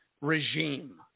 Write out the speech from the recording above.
regime